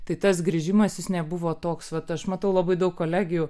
tai tas grįžimas jis nebuvo toks vat aš matau labai daug kolegių